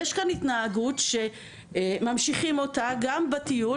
יש כאן התנהגות שממשיכים אותה גם בטיול,